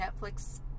Netflix